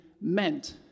meant